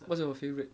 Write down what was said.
what's your favourite